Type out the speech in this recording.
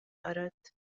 أردت